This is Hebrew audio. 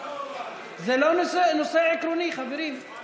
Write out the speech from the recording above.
זה לא נושא עקרוני, חברים.